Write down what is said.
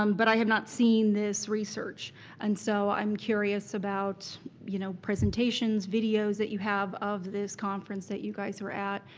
um but i have not seen this research and so i'm curious about you know presentations, videos that you have of this conference that you guys were at.